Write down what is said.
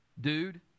Dude